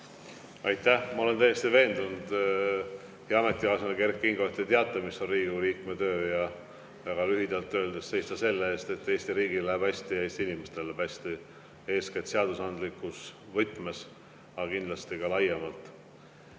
Aitäh! Ma olen täiesti veendunud, hea ametikaaslane Kert Kingo, et te teate, mis on Riigikogu liikme töö. Väga lühidalt öeldes: seista selle eest, et Eesti riigil läheb hästi ja Eesti inimestel läheb hästi, eeskätt seadusandlikus võtmes, aga kindlasti ka laiemalt.